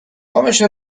pomyśl